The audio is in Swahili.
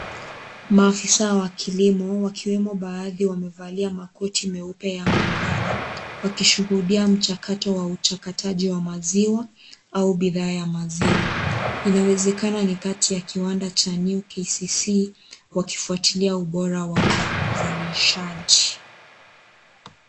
Maafisa wa kilimo wakiwemo baadhi wamevalia makoti meupe ya maabara wakishuhudia mchakato wa uchakataji wa maziwa au bidhaa ya maziwa. Inawezekana ni kati ya kiwanda cha New KCC wakifuatilia ubora wa uzalishaji.